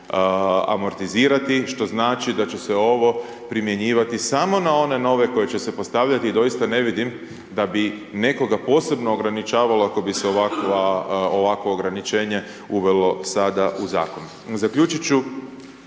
što znači da će se ovo primjenjivati samo na one nove koji će se postavljati i doista ne vidim da bi nekoga posebno ograničavalo ako bi se ovakvo ograničenje uvelo sada u zakon. Zaključiti ću,